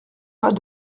pas